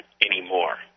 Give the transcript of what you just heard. anymore